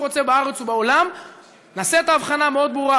מה מונע מכם לעצור אותו בכניסה לארץ, להוביל אותו